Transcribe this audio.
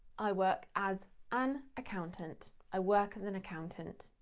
i work as an accountant. i work as an accountant.